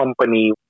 company